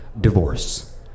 divorce